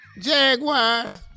Jaguars